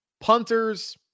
Punters